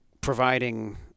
providing